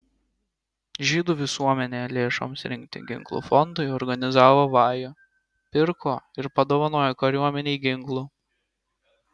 žydų visuomenė lėšoms rinkti ginklų fondui organizavo vajų pirko ir padovanojo kariuomenei ginklų